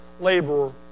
laborer